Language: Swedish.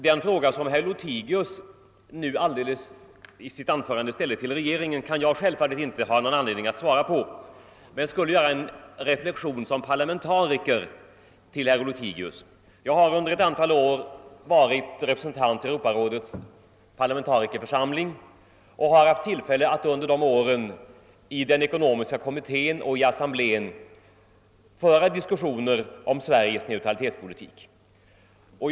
Den fråga som herr Lothigius ställde till regeringen har jag självfallet inte anledning att svara på, men jag skulle som ledamot av kammaren vilja göra en reflexion. Jag har under ett antal år varit representant i Europarådets parlamentarikerförsamling och under de åren haft tillfälle att i den ekonomiska kommittén och i assemblén deltaga i diskussioner om Sveriges neutralitetspolitik och anslutningen till EEC.